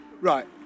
right